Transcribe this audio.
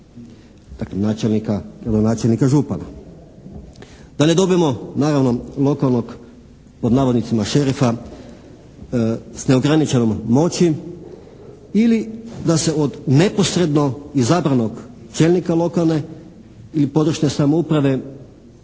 gradonačelnika, župana. Da ne dobimo naravno lokalnog, pod navodnicima šerifa s neograničenom moći ili da se od neposredno izabranog čelnika lokalne ili područne samouprave